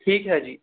ਠੀਕ ਹੈ ਜੀ